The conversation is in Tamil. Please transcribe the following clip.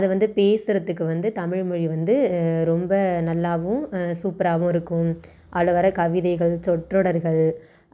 அது வந்து பேசுறத்துக்கு வந்து தமிழ்மொழி வந்து ரொம்ப நல்லாவும் சூப்பராகவும் இருக்கும் அதில் வர்ற கவிதைகள் சொற்றோடர்கள்